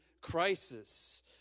crisis